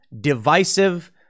divisive